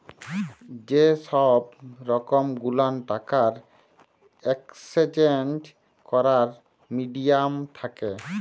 যে সহব রকম গুলান টাকার একেসচেঞ্জ ক্যরার মিডিয়াম থ্যাকে